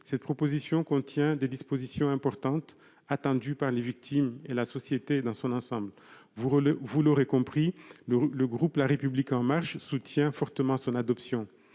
Cette proposition de loi contient des dispositions importantes, attendues par les victimes et par la société dans son ensemble. Vous l'aurez compris, le groupe La République En Marche soutient fortement son adoption.